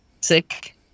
sick